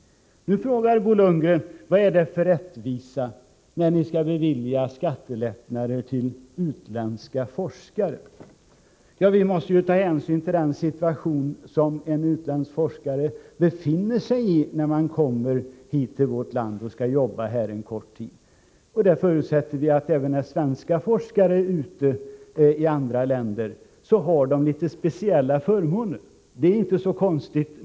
Nu frågar Bo Lundgren: Vad är det för rättvisa i att bevilja skattelättnader för utländska forskare? Ja, vi måste ju ta hänsyn till den situation som en utländsk forskare befinner sig i när han kommer till vårt land och skall jobba här en kort tid. Vi förutsätter att även svenska forskare när de arbetar i andra länder har litet speciella förmåner. Det är inte så konstigt.